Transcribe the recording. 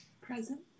Present